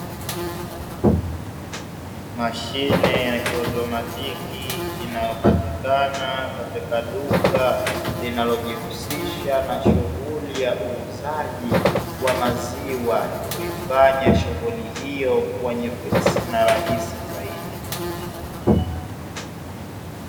Mashine ya kiotomatiki inayopatikana katika duka linalojihusisha na shughuli ya uuzaji wa maziwa, na kuifanya shughuli hiyo kwenye pesa na rahisi zaidi.